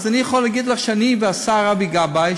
אז אני יכול להגיד לך שאני והשר אבי גבאי,